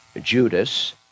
Judas